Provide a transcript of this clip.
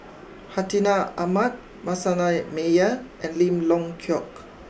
Hartinah Ahmad Manasseh Meyer and Lim Leong Geok